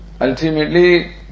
ultimately